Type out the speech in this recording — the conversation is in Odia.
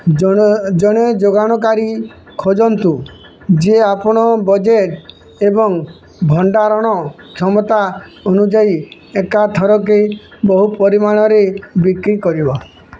ଜଣେ ଜଣେ ଯୋଗାଣକାରୀ ଖୋଜନ୍ତୁ ଯିଏ ଆପଣଙ୍କ ବଜେଟ୍ ଏବଂ ଭଣ୍ଡାରଣ କ୍ଷମତା ଅନୁଯାୟୀ ଏକାଥରକେ ବହୁ ପରିମାଣରେ ବିକ୍ରି କରିବ